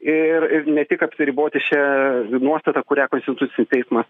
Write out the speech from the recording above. ir ne tik apsiriboti šia nuostata kurią konstitucinis teismas